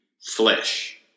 flesh